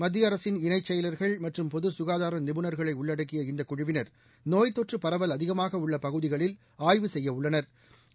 மத்திய அரசின் இணைச்செயலா்கள் மற்றும் பொது குகாதார நிபுணா்களை உள்ளடக்கிய இந்த குழுவினா் நோய்த்தொற்று பரவல் அதிகமாக உள்ள பகுதிகளில் ஆய்வு செய்ய உள்ளனா்